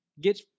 get